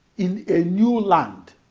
in a new land,